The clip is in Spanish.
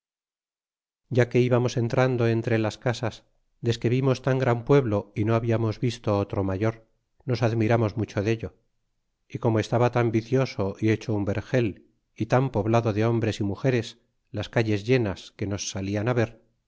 ya que íbamos entrando entre las casas desque vimos tan gran pueblo y no habíamos visto otro mayor nos admiramos mucho dello y como estabá tan vicioso y hecho un vergel y tan poblado de hombres y mugeres las calles llenas que nos salian ver